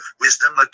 wisdom